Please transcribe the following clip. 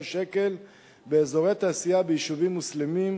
שקל באזורי תעשייה ביישובים מוסלמיים,